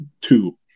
two